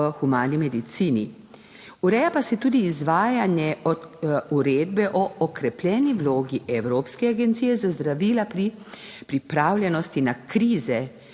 v humani medicini. Ureja pa se tudi izvajanje uredbe o okrepljeni vlogi Evropske agencije za zdravila pri pripravljenosti na krize